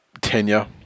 Tenure